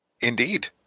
Indeed